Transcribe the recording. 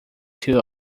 two